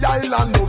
island